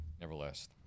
nevertheless